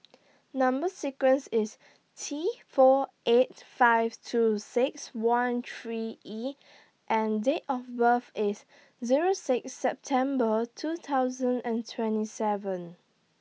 Number sequence IS T four eight five two six one three E and Date of birth IS Zero six September two thousand and twenty seven